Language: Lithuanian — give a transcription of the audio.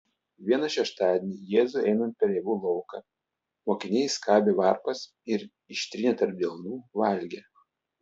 vieną šeštadienį jėzui einant per javų lauką mokiniai skabė varpas ir ištrynę tarp delnų valgė